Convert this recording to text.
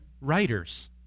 writers